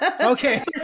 Okay